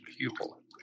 people